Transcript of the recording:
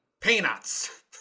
Peanuts